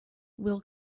will